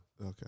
Okay